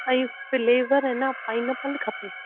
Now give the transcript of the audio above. ऐं फ्लेवर आहे न पाईनेपल खपे